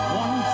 one